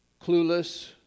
clueless